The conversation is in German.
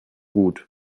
gut